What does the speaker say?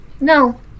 No